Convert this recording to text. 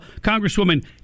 Congresswoman